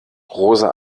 rosa